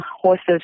horses